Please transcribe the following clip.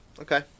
okay